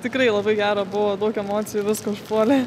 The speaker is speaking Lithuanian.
tikrai labai gera buvo daug emocijų viską užpuolė